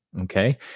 Okay